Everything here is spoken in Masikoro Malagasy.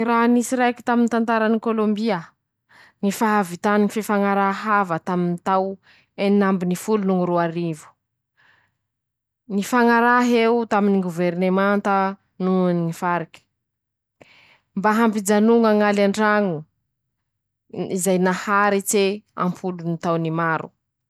Raha nisy raiky taminy ñy tantarany Kôlômbia: ñy fahavitany ñy fifañaraha ava taminy tao enin'amby no folo no ñy roarivo, nifañarah'eo taminy ñy gôverinenta noho ñy fariky5, mba hampijanoña ñ'aly antraño, zay naharitse ampolo ntaony maro.